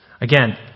Again